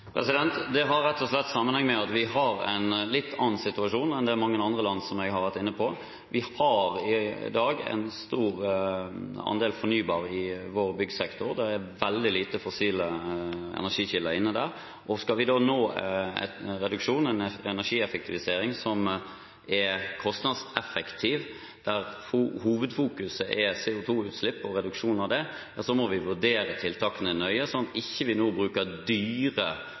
Det har rett og slett sammenheng med at vi har en litt annen situasjon enn mange andre land, som jeg har vært inne på. Vi har i dag en stor andel fornybar i vår byggsektor. Det er veldig lite fossile energikilder inne der. Skal vi nå en reduksjon, en energieffektivisering, som er kostnadseffektiv, der hovedfokuset er CO 2 -utslipp og reduksjon av det, må vi vurdere tiltakene nøye, slik at vi ikke nå setter inn dyre